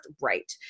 right